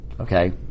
okay